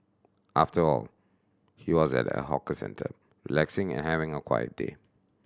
after all he was at a hawker centre relaxing and having a quiet day